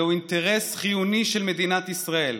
זהו אינטרס חיוני של מדינת ישראל,